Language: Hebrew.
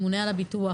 הממונה על הביטוח,